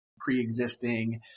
pre-existing